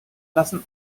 lassen